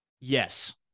yes